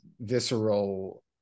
visceral